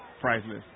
priceless